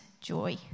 joy